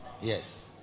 Yes